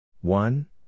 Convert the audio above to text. one